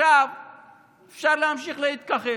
אפשר להמשיך להתכחש.